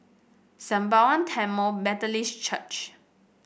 Sembawang Tamil Methodist Church